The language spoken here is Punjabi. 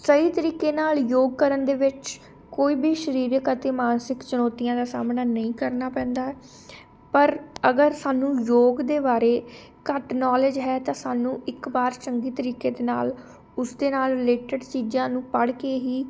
ਸਹੀ ਤਰੀਕੇ ਨਾਲ ਯੋਗ ਕਰਨ ਦੇ ਵਿੱਚ ਕੋਈ ਵੀ ਸਰੀਰਿਕ ਅਤੇ ਮਾਨਸਿਕ ਚੁਣੌਤੀਆਂ ਦਾ ਸਾਹਮਣਾ ਨਹੀਂ ਕਰਨਾ ਪੈਂਦਾ ਪਰ ਅਗਰ ਸਾਨੂੰ ਯੋਗ ਦੇ ਬਾਰੇ ਘੱਟ ਨੌਲੇਜ ਹੈ ਤਾਂ ਸਾਨੂੰ ਇੱਕ ਵਾਰ ਚੰਗੀ ਤਰੀਕੇ ਦੇ ਨਾਲ ਉਸਦੇ ਨਾਲ ਰਿਲੇਟਡ ਚੀਜ਼ਾਂ ਨੂੰ ਪੜ੍ਹ ਕੇ ਹੀ